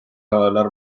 narva